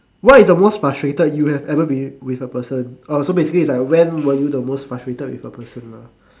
what is the most frustrated you have ever been with a person oh so basically it's like when were you the most frustrated with a person lah